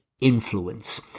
influence